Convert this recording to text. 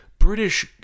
British